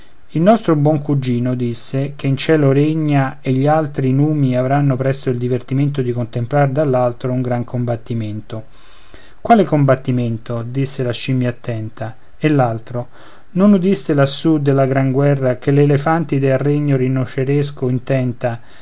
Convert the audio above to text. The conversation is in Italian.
il nostro buon cugino disse che in cielo regna e gli altri numi avranno presto il divertimento di contemplar dall'alto un gran combattimento quale combattimento disse la scimmia attenta e l'altro non udiste lassù della gran guerra che elefantide al regno rinoceresco intenta